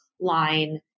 line